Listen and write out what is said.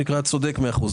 צודק מאה אחוז.